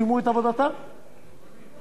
בניגוד לדעת הקואליציה.